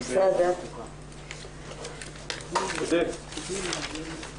אני יודעת טוב מאוד כמה זה היה נושא שהעליתי אותו